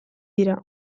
dira